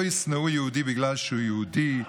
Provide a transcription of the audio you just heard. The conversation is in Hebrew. לא ישנאו יהודי בגלל שהוא יהודי,